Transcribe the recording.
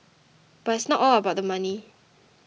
but it's not all about the money